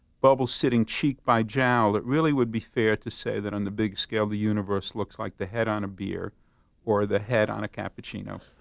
bubbles sitting cheek by jowl. it really would be fair to say that, on the big scale, the universe looks like the head on a beer or the head on a cappuccino